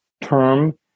term